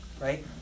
right